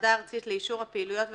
ועדה ארצית לאישור הפעילויות והשימושים,